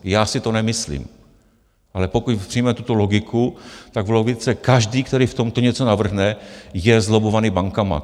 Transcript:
Já si to nemyslím, ale pokud přijmete tu logiku, tak v logice každý, který v tomto něco navrhne, je zlobbovaný bankami.